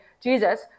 Jesus